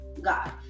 God